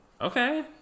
Okay